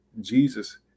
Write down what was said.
Jesus